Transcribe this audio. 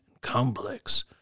complex